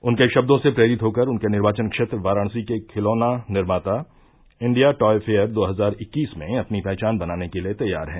उनके शब्दों से प्रेरित होकर उनके निर्वाचन क्षेत्र वाराणसी के खिलौना निर्माता इंडिया टॉय फेयर दो हजार इक्कीस में अपनी पहचान बनाने के लिए तैयार हैं